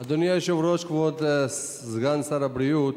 אדוני היושב-ראש, כבוד סגן שר הבריאות,